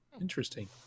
Interesting